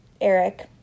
Eric